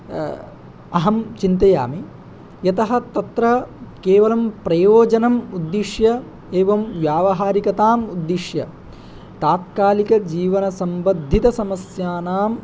अहं चिन्तयामि यतः तत्र केवलं प्रयोजनम् उद्दिश्य एवं व्यावहारिकताम् उद्दिश्य तात्कालिकजीवनसम्बद्धितसमस्यानां